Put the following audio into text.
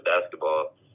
basketball